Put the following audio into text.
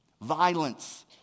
Violence